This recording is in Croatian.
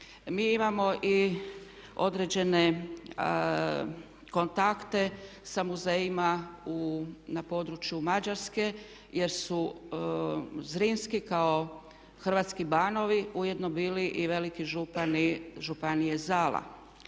Mi imamo i određene kontakte sa muzejima na području Mađarske jer su Zrinski kao hrvatski banovi ujedno bili i veliki župani